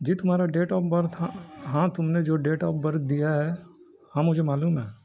جی تمہارا date of birth ہاں ہاں تم نے جو ڈیٹ آف برتھ دیا ہے ہاں مجھے معلوم ہے